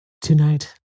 Tonight